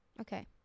Okay